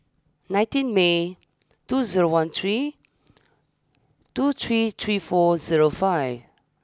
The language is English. nineteen May two zero one three two three three four zero five